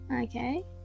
Okay